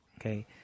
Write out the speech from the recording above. okay